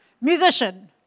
Musician